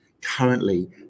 currently